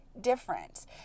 difference